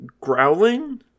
growling